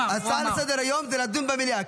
לסדר-היום, זה לדון במליאה.